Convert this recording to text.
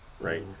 right